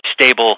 stable